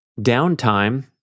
downtime